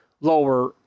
lower